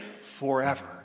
forever